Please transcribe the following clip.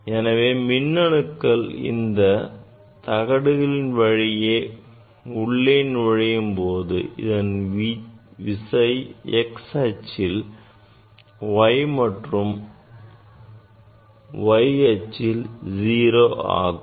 எனவே மின்னணுக்கள் இந்தத் தகடுகளின் வழியே உள்ளே நுழையும் போது அதன் விசை x அச்சில் V மற்றும் y அச்சில் 0 ஆகும்